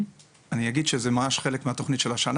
אני אגיד רק שזה ממש חלק ניכר מהתוכנית של השנה